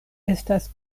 estas